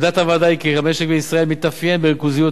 עמדת הוועדה היא כי המשק בישראל מתאפיין בריכוזיות